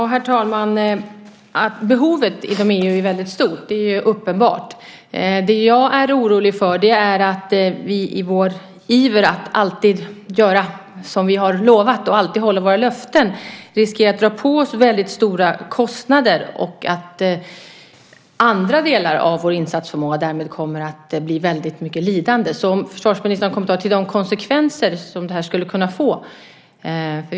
Herr talman! Det är uppenbart att behovet inom EU är stort. Jag är orolig för att vi i vår iver att alltid hålla våra löften riskerar att dra på oss stora kostnader och att andra delar av vår insatsförmåga kommer att lida. Har försvarsministern kommit fram till de konsekvenser som detta skulle få?